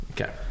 Okay